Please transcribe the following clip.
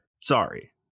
Sorry